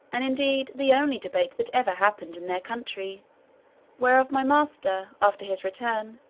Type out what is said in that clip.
and indeed the only debate that ever happened in their country whereof my master, after his return,